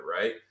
right